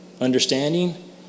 understanding